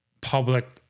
public